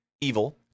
Evil